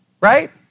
Right